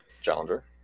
challenger